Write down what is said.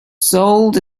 sold